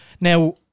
Now